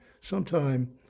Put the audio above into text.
sometime